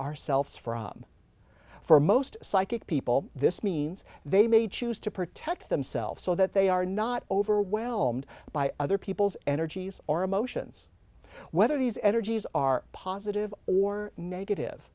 ourselves from for most psychic people this means they may choose to protect themselves so that they are not overwhelmed by other people's energies or emotions whether these energies are positive or negative